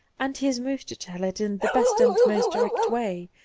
and he is moved to tell it in the best and most direct way,